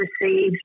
received